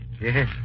Yes